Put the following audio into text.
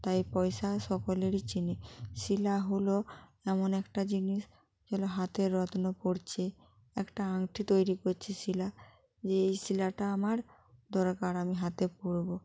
তাই পয়সা সকলেরই চিনি শিলা হলো এমন একটা জিনিস যেগুলো হাতের রত্ন পরছে একটা আংটি তৈরি কচ্ছে শিলা যে এই শিলাটা আমার দরকার আমি হাতে পরবো